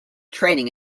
training